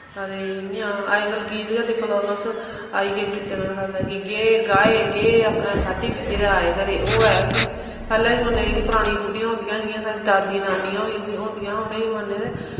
हां ते इ'यां अज्जकल गीत गै दिक्खी लैओ तुस आई गे गीतें दा साद्दा कि गे गाए गे अपनै खाद्धी पीती ते आए घरै ओह् ऐ गै नेईं पैह्लें जमान्ने जेह्ड़ी परानी बुड्डियां होंदियां जि'यां साढ़ी दादी नानियां होई जन्दी होंदियां हा उ'नें जमान्ने ते